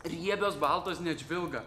riebios baltos net žvilga